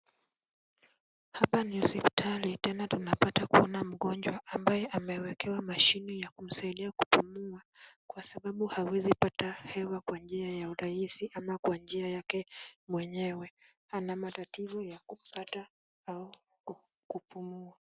Hapa ni hospitali tena tunapata kuna mgonjwa ambaye amewekewa mashini ya kusaidia kupumua, kwa sababu hawezi pata hewa kwa njia ya urahisi ama kwa njia yake mwenyewe. Ana matatizo ya kupata au kupumua.